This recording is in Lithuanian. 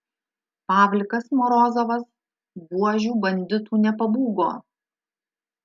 pavlikas morozovas buožių banditų nepabūgo